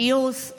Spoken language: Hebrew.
פיוס,